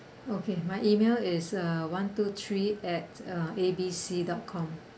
okay my email is uh one two three at uh A B C dot com